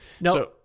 no